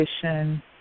condition